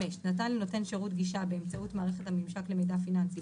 נתן לנותן שירות גישה באמצעות מערכת הממשק למידע פיננסי,